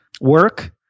work